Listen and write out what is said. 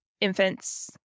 infants